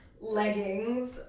leggings